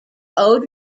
owed